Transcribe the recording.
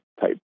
type